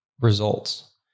results